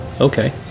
okay